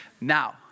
Now